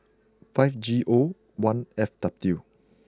five G O one F W